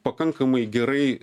pakankamai gerai